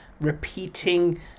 repeating